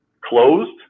closed